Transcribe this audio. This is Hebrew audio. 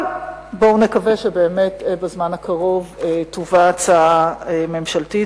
אבל בואו נקווה שבאמת בזמן הקרוב תובא הצעה ממשלתית.